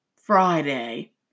Friday